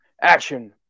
Action